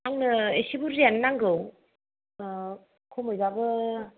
आंनो एसे बुरजायानो नांगौ खमैबाबो